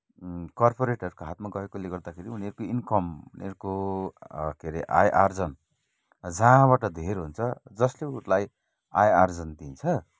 कर्पोरेटहरूको हातमा गएकोले गर्दाखेरि उनीहरूको इनकम उनीहरूको के अरे आय आर्जन जहाँबाट धेर हुन्छ जसले उसलाई आय आर्जन दिन्छ